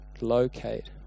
locate